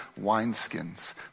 wineskins